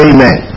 Amen